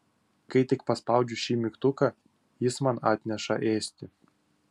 kai tik paspaudžiu šį mygtuką jis man atneša ėsti